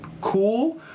cool